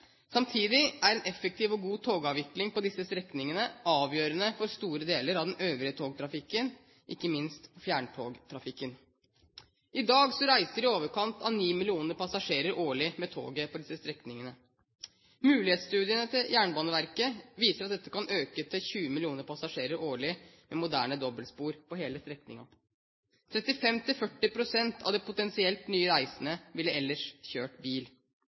Samtidig er en effektiv og god togavikling på disse strekningene avgjørende for store deler av den øvrige togtrafikken, ikke minst fjerntogtrafikken. I dag reiser i overkant av 9 millioner passasjerer årlig med toget på disse strekningene. Mulighetsstudien til Jernbaneverket viser at dette kan øke til 20 millioner passasjerer årlig, med moderne dobbeltspor på hele strekningen. 35–40 pst. av de potensielt nye reisende ville ellers kjørt bil.